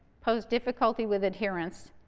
pose difficulty with adherence,